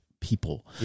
people